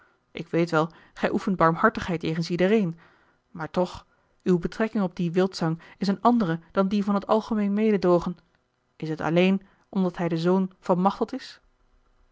ik weet wel gij oefent barmhartigheid jegens iedereen maar toch uwe betrekking op dien wildzang is eene andere dan die van het algemeen mededoogen is het alleen omdat hij de zoon van machteld is